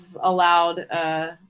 allowed